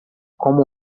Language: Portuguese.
como